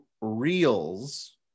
reels